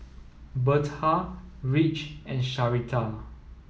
Berta Ridge and Sharita